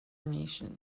nation